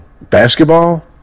basketball